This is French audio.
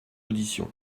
audition